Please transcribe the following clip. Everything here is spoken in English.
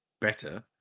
better